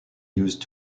used